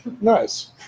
Nice